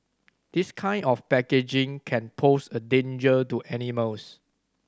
this kind of packaging can pose a danger to animals